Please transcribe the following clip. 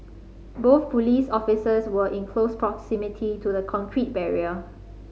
both police officers were in close proximity to the concrete barrier